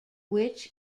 which